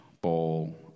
Ball